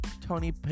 Tony